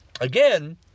again